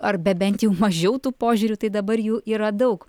arba bent jau mažiau tų požiūrių tai dabar jų yra daug